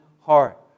heart